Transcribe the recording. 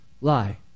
lie